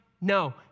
No